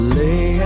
lay